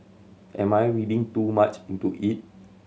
am I reading too much into it